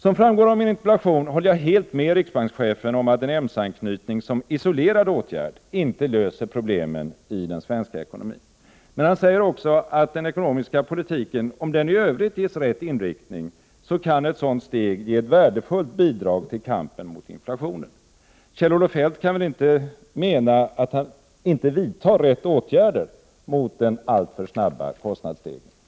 Som framgår av min interpellation håller jag helt med riksbankschefen om att en EMS-anknytning som isolerad åtgärd inte löser problemen i den svenska ekonomin. Men han säger också att om den ekonomiska politiken i Övrigt ges rätt inriktning, kan ett sådant steg ge ett värdefullt bidrag till kampen mot inflationen. Kjell-Olof Feldt kan väl inte mena att han inte vidtar rätta åtgärder mot den alltför snabba kostnadsstegringen?